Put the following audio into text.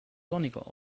sonniger